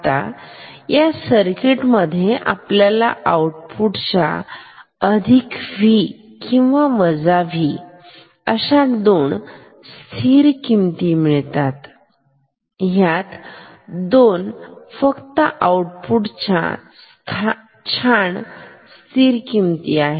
आताया सर्किटमध्ये आपल्याला आउटपुट च्या अधिक V किंवा वजा V अशा दोन स्थिर किमती मिळतात ह्यात दोन फक्त आउटपुट च्या छान स्थिर किमती आहेत